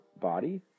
body